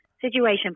situation